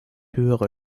höhere